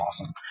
awesome